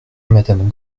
madame